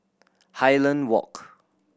Highland Walk